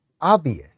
obvious